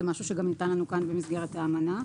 זה משהו שגם ניתן לנו כאן במסגרת התקנות.